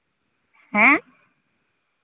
ᱦᱮᱸ